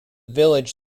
village